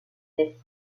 des